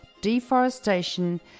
deforestation